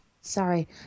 Sorry